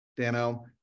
Dano